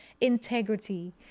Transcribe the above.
integrity